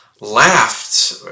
laughed